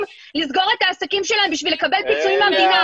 לסגור את העסקים שלהם בשביל לקבל פיצויים מהמדינה.